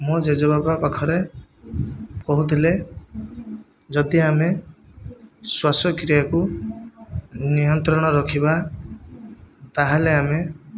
ମୋ' ଜେଜେବାପା ପାଖରେ କହୁଥିଲେ ଯଦି ଆମେ ଶ୍ୱାସକ୍ରିୟାକୁ ନିୟନ୍ତ୍ରଣରେ ରଖିବା ତା'ହେଲେ ଆମେ